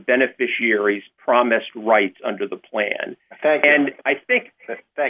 beneficiaries promised right under the plan and i think